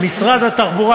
במשרד התחבורה,